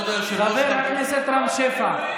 כבוד היושב-ראש, חבר הכנסת רם שפע.